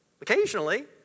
Occasionally